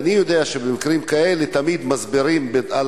ואני יודע שבמקרים כאלה תמיד מסבירים על